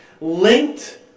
linked